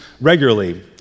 regularly